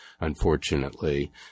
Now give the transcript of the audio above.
unfortunately